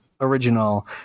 original